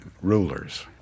rulers